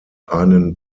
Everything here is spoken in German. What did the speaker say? einen